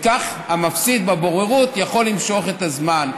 וכך המפסיד בבוררות יכול למשוך את הזמן.